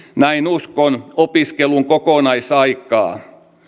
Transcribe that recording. näin uskon opiskelun kokonaisaikaa